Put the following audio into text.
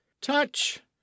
touch